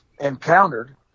encountered